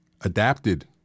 adapted